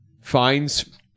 finds